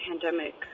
pandemic